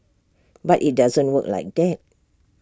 but IT doesn't work like that